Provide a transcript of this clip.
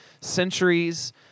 centuries